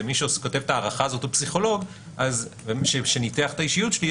ומי שכותב את ההערכה הזאת הוא פסיכולוג שניתח את האישיות שלי,